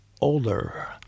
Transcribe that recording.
older